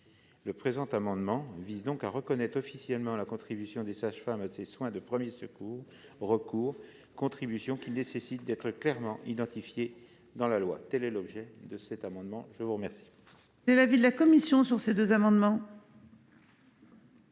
Le présent amendement vise donc à reconnaître officiellement la contribution des sages-femmes à ces soins de premiers recours, contribution qui nécessite d'être clairement identifiée dans la loi. Quel est l'avis de la commission ? La rédaction